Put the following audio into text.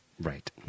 Right